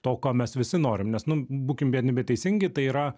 to ko mes visi norim nes nu būkim biedni bet teisingi tai yra